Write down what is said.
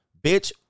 bitch